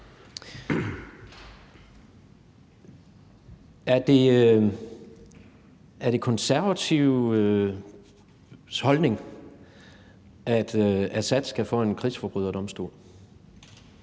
Er det Konservatives holdning, at Assad skal for en krigsforbryderdomstol?